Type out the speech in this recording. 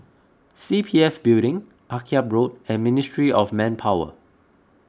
C P F Building Akyab Road and Ministry of Manpower